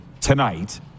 tonight